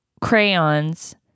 Crayons